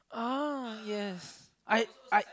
ah yes I I